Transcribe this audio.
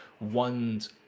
one's